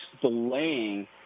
delaying